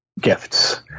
gifts